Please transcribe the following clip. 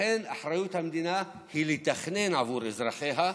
אחריות המדינה היא לתכנן עבור אזרחיה,